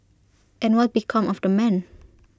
and what became of the man